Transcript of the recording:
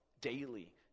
daily